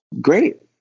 great